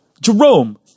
Jerome